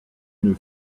une